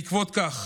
בעקבות כך